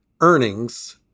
earnings